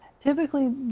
Typically